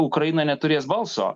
ukraina neturės balso